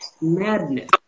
madness